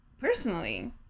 Personally